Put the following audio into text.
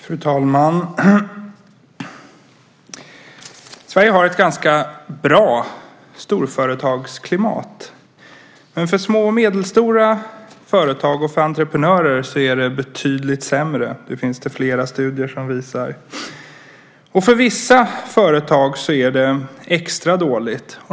Fru talman! Sverige har ett ganska bra storföretagsklimat. Men för små och medelstora företag och för entreprenörer är det betydligt sämre. Det finns det flera studier som visar. För vissa företag är det extra dåligt.